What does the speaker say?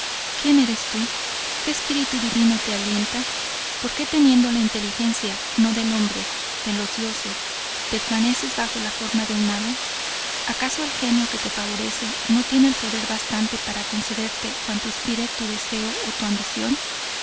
quien eres tu que espíritu divino te alienta por que teniendo la inteligencia no del hombre de los dioses permaneces bajo la forma de un ave acaso el genio que te favorece no tiene poder bastante para concederte cuanto inspire tu deseo o tu ambición